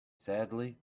sadly